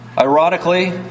ironically